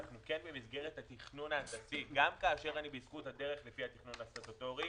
גם כאשר אנחנו בזכות הדרך לפי התכנון הסטטוטורי,